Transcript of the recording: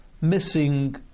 missing